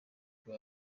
ubwo